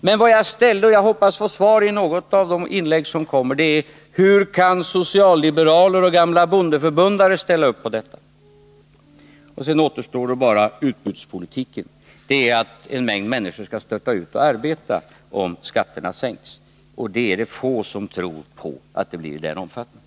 Men frågan jag ställde och som jag hoppas få svar på i något av de inlägg som kommer är denna: Hur kan socialliberaler och gamla bondeförbundare ställa upp på detta? Sedan återstår bara utbudspolitiken: en mängd människor kommer att störta ut och arbeta om skatterna sänks. — Det är få som tror att det kommer att ske i sådan omfattning.